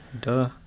duh